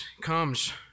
comes